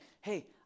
hey